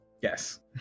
Yes